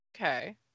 Okay